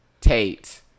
Tate